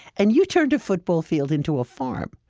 and you've turned a football field into a farm.